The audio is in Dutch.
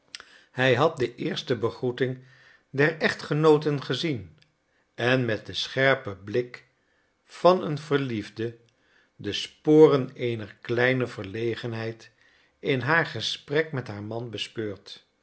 hij had de eerste begroeting der echtgenooten gezien en met den scherpen blik van een verliefde de sporen eener kleine verlegenheid in haar gesprek met haar man bespeurd